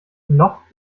noch